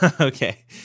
Okay